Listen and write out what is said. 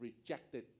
rejected